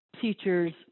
teachers